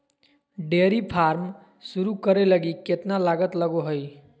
dairy farm शुरू करे लगी केतना लागत लगो हइ